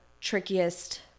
trickiest